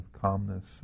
calmness